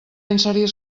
inserir